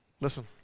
Listen